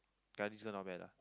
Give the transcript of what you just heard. ya this girl not bad lah